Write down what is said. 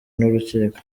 n’urukiko